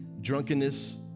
drunkenness